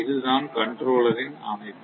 இது தான் கண்ட்ரோலர் ன் அமைப்பு